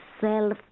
self